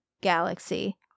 galaxy